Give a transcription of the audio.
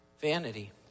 vanity